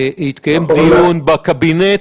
התקיים דיון בקבינט?